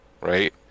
right